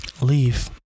leave